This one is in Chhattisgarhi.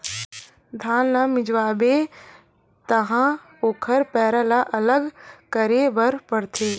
धान ल मिंजवाबे तहाँ ओखर पैरा ल अलग करे बर परथे